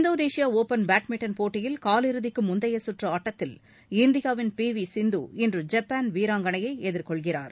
Indonesia open badminton போட்டியில் காலிறுதிக்கு முந்தைய சுற்று ஆட்டத்தில் இந்தியாவின் பி வி சிந்து இன்று ஜப்பான் வீராங்கனையை எதிர்கொள்கிறார்